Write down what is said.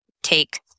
take